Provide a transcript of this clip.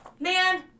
man